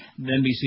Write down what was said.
NBC